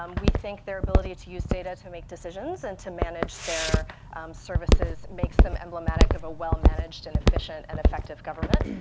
um we think their ability to use data to make decisions and to manage their services makes them emblematic of a well-managed and efficient and effective government.